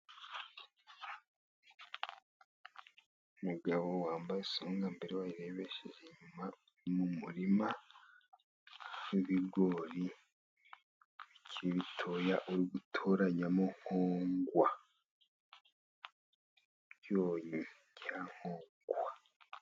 Umugabo wambaye songambere wayirebesheje inyuma; mu murima w' ibigori bikiri bitoya uri gutoranyamo nkongwa ibyonyi byankongwa.